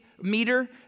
meter